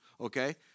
okay